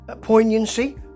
poignancy